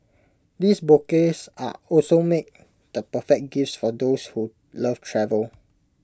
these bouquets are also make the perfect gifts for those who love travel